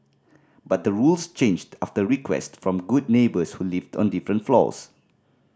but the rules changed after request from good neighbours who lived on different floors